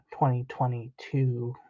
2022